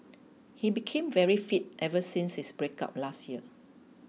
he became very fit ever since his breakup last year